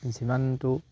যিমানটো